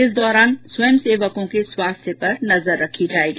इस दौरान स्वयंसेवकों के स्वास्थ्य पर नजर रखी जायेगी